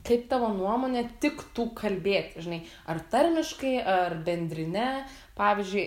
kaip tavo nuomone tiktų kalbėt žinai ar tarmiškai ar bendrine pavyzdžiui